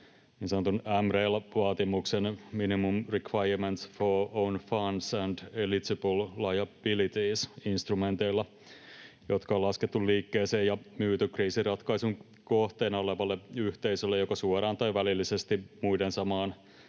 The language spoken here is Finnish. MREL-vaatimuksen — minimum requirement for own funds and eligible liabilities — instrumenteilla, jotka on laskettu liikkeeseen ja myyty kriisinratkaisun kohteena olevalle yhteisölle joko suoraan tai välillisesti muiden, samaan